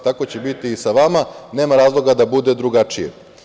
Tako će biti i sa vama, nema razloga da bude drugačije.